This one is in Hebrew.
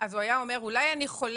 אז הוא היה אומר: אולי אני חולם,